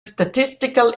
statistical